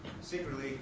secretly